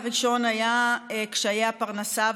הראשון היה קשיי הפרנסה,